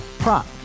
Prop